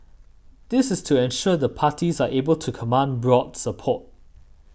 this is to ensure the parties are able to command broad support